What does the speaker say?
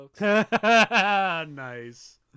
Nice